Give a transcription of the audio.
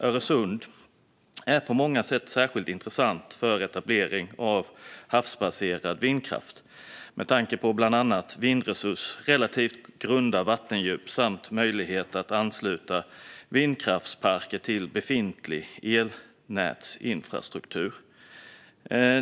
Öresund är på många sätt särskilt intressant för etablering av havsbaserad vindkraft med tanke på bland annat vindresurser, relativt grunda vattendjup samt möjlighet att ansluta vindkraftsparker till befintlig elnätsinfrastruktur.